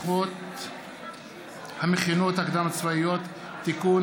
המכינות הקדם-צבאיות (תיקון),